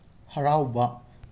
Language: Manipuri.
ꯍꯔꯥꯎꯕ